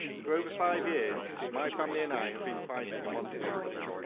for over five years my family and i have been fighting a monstrosity,